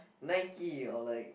Nike or like